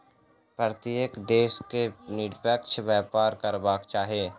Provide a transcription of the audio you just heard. प्रत्येक देश के निष्पक्ष व्यापार करबाक चाही